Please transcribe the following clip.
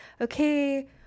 okay